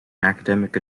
academic